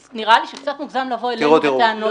אז נראה לי שקצת מוגזם לבוא אלינו בטענות.